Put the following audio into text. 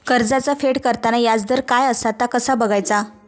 कर्जाचा फेड करताना याजदर काय असा ता कसा बगायचा?